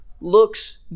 looks